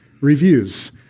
reviews